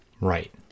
Right